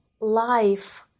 life